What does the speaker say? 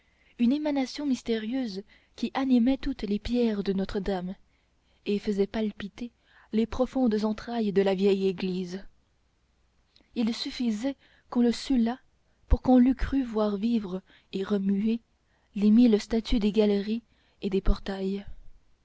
une émanation mystérieuse qui animait toutes les pierres de notre-dame et faisait palpiter les profondes entrailles de la vieille église il suffisait qu'on le sût là pour que l'on crût voir vivre et remuer les mille statues des galeries et des portails